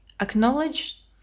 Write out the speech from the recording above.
acknowledge